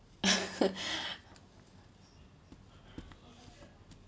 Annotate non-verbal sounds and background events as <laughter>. <laughs>